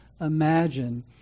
imagine